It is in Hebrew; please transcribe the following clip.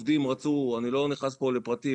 אני לא נכנס פה לפרטים,